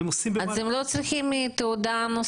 אבל הם עושים את זה במהלך --- אז הם לא צריכים תעודה נוספת?